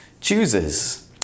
chooses